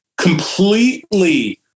completely